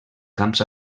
camps